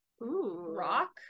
rock